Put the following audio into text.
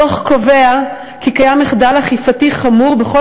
הדוח קובע כי קיים מחדל אכיפתי חמור בכל